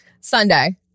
Sunday